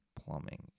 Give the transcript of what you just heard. plumbing